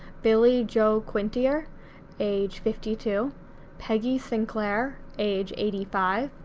billie jo quintier age fifty two peggy sinclair age eighty five,